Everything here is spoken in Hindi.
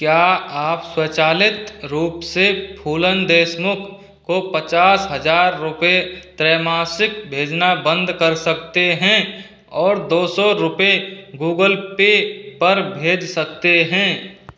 क्या आप स्वचालित रूप से फूलन देशमुख को पचास हजार रुपये त्रैमासिक भेजना बंद कर सकते हैं और दौ सौ रुपये गूगल पे पर भेज सकते हैं